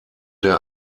der